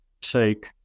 take